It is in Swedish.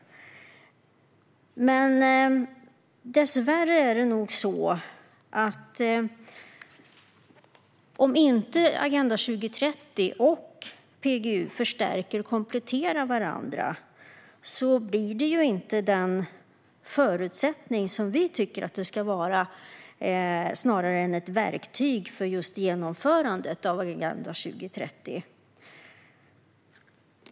Dessvärre är det nog så att om inte Agenda 2030 och PGU förstärker och kompletterar varandra så blir inte PGU den förutsättning som vi tycker att det ska vara utan snarare ett verktyg för just genomförandet av Agenda 2030.